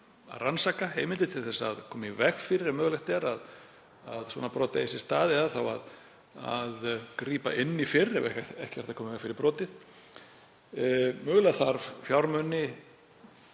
að rannsaka, heimildir til að koma í veg fyrir, ef mögulegt er, að slík brot eigi sér stað eða þá að grípa inn í fyrr ef ekki er hægt að kom í veg fyrir brotið. Mögulega þarf fjármuni